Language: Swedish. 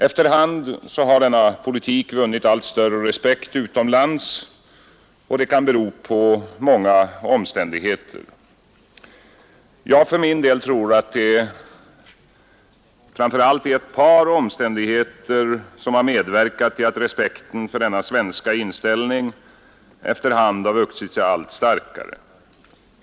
Efter hand har denna politik vunnit allt större respekt utomlands, och det kan bero på många omständigheter. Jag tror för min del att det framför allt är ett par omständigheter som har medverkat till att respekten för denna svenska inställning efter hand har vuxit sig allt starkare.